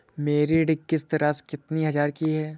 मेरी ऋण किश्त राशि कितनी हजार की है?